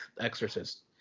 Exorcist